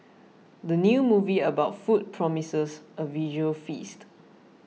the new movie about food promises a visual feast